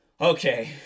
Okay